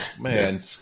Man